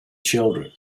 children